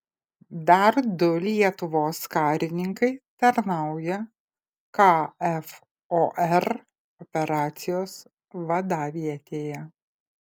dar du lietuvos karininkai tarnauja kfor operacijos vadavietėje